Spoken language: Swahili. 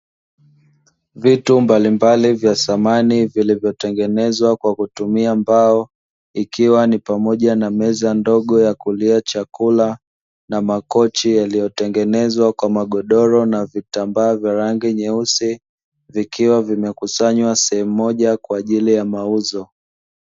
Vitu mbalimbali vya samani vilivyotengenezwa kwa kutumia mbao, ikiwa ni pamoja na meza ndogo ya kulia chakula, na makochi yaliyotengenezwa kwa magodoro na vitambaa vya rangi nyeusi, vikiwa vimekusanywa sehemu moja kwa ajili ya mauzo.